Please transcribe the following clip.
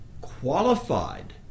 qualified